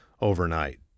overnight